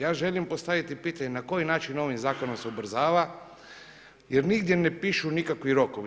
Ja želim postaviti pitanje na koji način ovim zakonom se ubrzava jer nigdje ne pišu nikakvi rokovi.